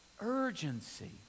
Urgency